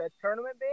tournament